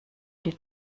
die